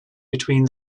between